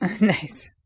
Nice